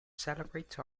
celebrate